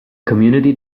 community